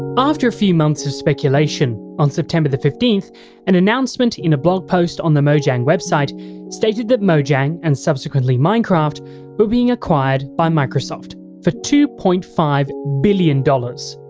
after a few months of speculation, on september fifteen, an announcement in a blog post on the mojang website stated that mojang, and subsequently minecraft were being acquired by microsoft for two point five billion dollars.